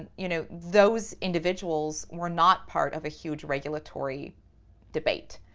ah you know, those individuals were not part of a huge regulatory debate.